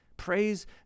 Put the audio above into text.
Praise